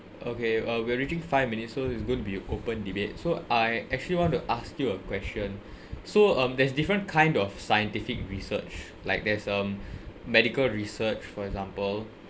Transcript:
okay uh we're reaching five minutes so it's going to be a open debate so I actually want to ask you a question so um there's different kind of scientific research like there's um medical research for example